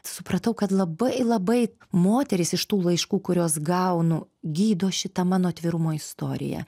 supratau kad labai labai moteris iš tų laiškų kuriuos gaunu gydo šita mano atvirumo istorija